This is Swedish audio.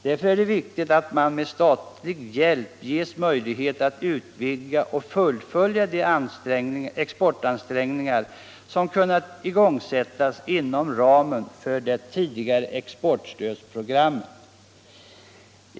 Därför är det viktigt att de med statlig hjälp ges möjlighet att utvidga och fullfölja de exportansträngningar som kunnat igångsättas inom ramen för det tidigare exportstödsprogrammet.